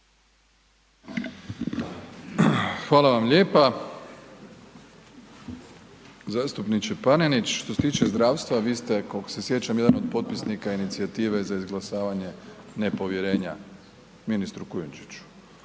Hvala vam lijepa. Zastupniče Panenić, što se tiče zdravstva vi ste, koliko se sjećam, jedan od potpisnika Inicijative za izglasavanje nepovjerenja ministru Kujundžiću.